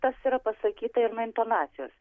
tas yra pasakyta ir nuo intonacijos